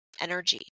energy